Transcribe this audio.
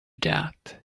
that